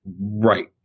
Right